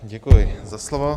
Děkuji za slovo.